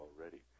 already